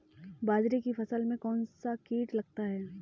बाजरे की फसल में कौन सा कीट लगता है?